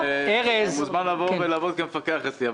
אתה מוזמן לבוא ולעבוד כמפקח אצלי ...